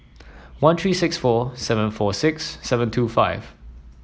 one three six four seven four six seven two five